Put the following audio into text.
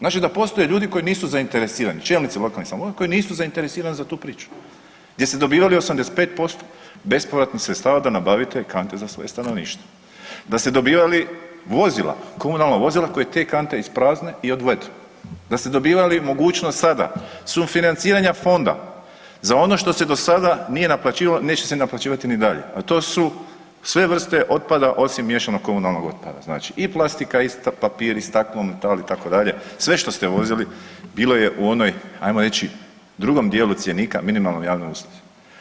Znači da postoje ljudi koji nisu zainteresirani, čelnici lokalnih samouprava koji nisu zainteresirani za tu priču, gdje ste dobivali 85% bespovratnih sredstava da nabavite kante za svoje stanovništvo, da ste dobivali vozila, komunalna vozila koja te kante isprazne i odvedu, da ste dobivali mogućnost sada sufinanciranja fonda za ono što se do sada nije naplaćivalo neće se naplaćivati ni dalje, a to su sve vrste otpada osim miješanog komunalnog otpada, znači i plastika i papir i staklo, metal, itd., sve što ste vozili bilo je u onoj ajmo reći drugom dijelu cjeniku minimalnoj javnoj usluzi.